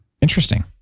Interesting